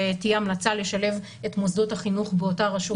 ותהיה המלצה לשלב את מוסדות החינוך באותה רשות